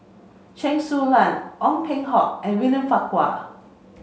Chen Su Lan Ong Peng Hock and William Farquhar